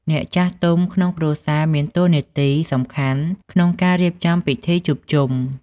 អ្នកចាស់ទុំំក្នុងគ្រួសារ មានតួនាទីសំខាន់ក្នុងការរៀបចំពិធីជួបជុំ។